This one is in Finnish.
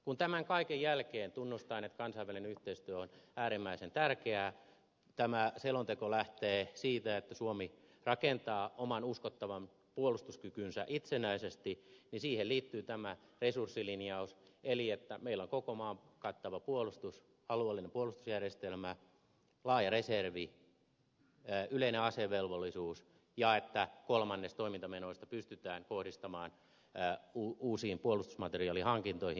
kun tämän kaiken jälkeen tunnustaen että kansainvälinen yhteistyö on äärimmäisen tärkeää tämä selonteko lähtee siitä että suomi rakentaa oman uskottavan puolustuskykynsä itsenäisesti niin siihen liittyy tämä resurssilinjaus eli se että meillä on koko maan kattava puolustus alueellinen puolustusjärjestelmä laaja reservi yleinen asevelvollisuus ja kolmannes toimintamenoista pystytään kohdistamaan uusiin puolustusmateriaalihankintoihin